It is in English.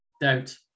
Doubt